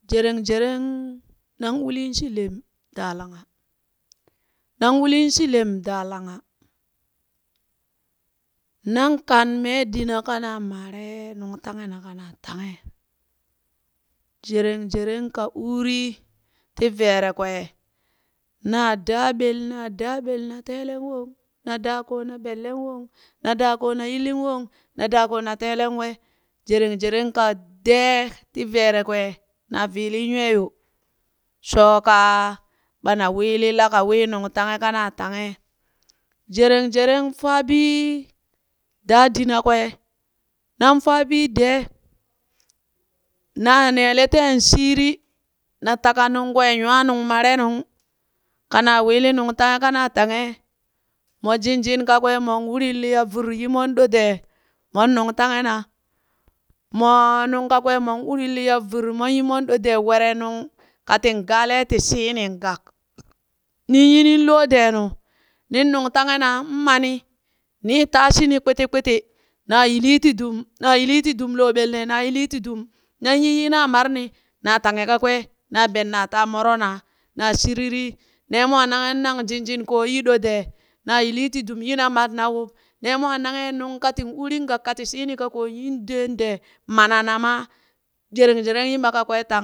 Jereng jereng nan uliin shi lem daa langha, nan uliin shi lem daa langha, nang kan mee dina kanaa maare nungtahena ka na tanghe, Jeren jereng ka uurii ti veere kwee, naa daa bel naa daa bel na telee wong, na daa ko na belle wong na daa koo na yilli wong na daa koo na teeleŋ we. jereng jereng ka dee ti veere kwee na viilin nywee yo, shooka ɓana wiili laka wii nungtanghe kana tanghe. Jereng Jereng faa bii daa dina kwee, nan faa bii dee, naa neele teen shiiri, na taka nunkwee nywaa nung mare nung kanaa wiili nungtanghe kana tanghe. Mo jin- jin kawee mon urin liya virr yi mon ɗo dee, mon nungtanghe na, moo nungkakwee mon urin liya virr mon yi mon ɗo dee were nung katin gaale ti shiinin gak, ninyi ni loo deenu, nin nugtahen nan nmani nin taa shini kpiti kpiti naa yilii ti dum, naa yilii ti dum loo ɓel nee naa yilii ti dum nanyi yi naa mareni naa tanghe kakwee na ben naa taa moro naa naa shiririi, nee mwaa nanghennan jin- Jin koo yi ɗo dee na yili ti dum yi na mat na wub nee mwa nanghe nunkatin uurin gak kati shiini kakoo yin deen dee mana namaa Jereng jereng yi ma kakwee tang